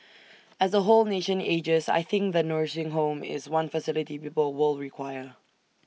as the whole nation ages I think the nursing home is one facility people will require